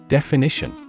Definition